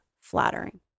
flattering